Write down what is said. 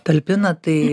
talpina tai